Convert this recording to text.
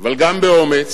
אבל גם באומץ,